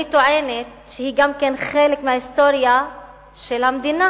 אני טוענת שהיא גם חלק מההיסטוריה של המדינה